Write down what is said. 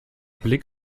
blick